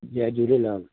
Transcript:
Jay Jhulelal